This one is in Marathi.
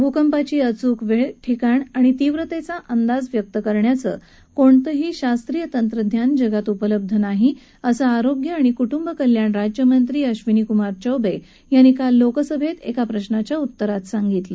भुंकपाची अचूक वेळ ठिकाण आणि तीव्रतेचा अंदाज व्यक्त करण्याचं कोणतही शास्त्रीय तंत्रज्ञान जगात कुठेही उपलब्ध नाही असं आरोग्य आणि कृटुब कल्याण राज्य मंत्री अश्विनी कुमार चौबे यांनी काल लोकसभेत एका प्रशाच्या उत्तरात सांगितलं